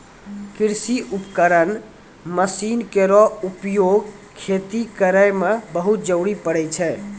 कृषि उपकरण मसीन केरो उपयोग खेती करै मे बहुत जरूरी परै छै